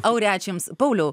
auri ačiū jums pauliau